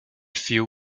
few